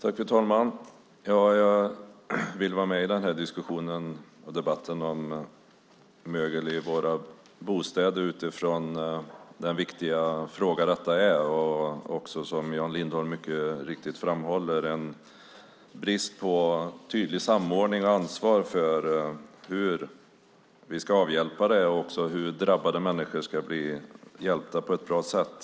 Fru talman! Jag vill vara med i diskussionen och debatten om mögel i våra bostäder eftersom det är en så viktig fråga. Det är också, som Jan Lindholm mycket riktigt framhåller, en brist på tydlig samordning och tydligt ansvar för hur vi ska avhjälpa problemet och även för hur drabbade människor ska bli hjälpta på ett bra sätt.